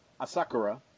Asakura